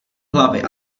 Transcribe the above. hlavy